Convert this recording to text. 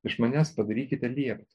iš manęs padarykite liept